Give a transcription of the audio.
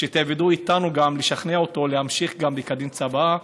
שתעבדו איתנו לשכנע אותו להמשיך גם לקדנציה הבאה,